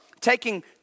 taking